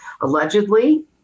allegedly